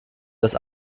das